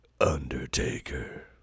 Undertaker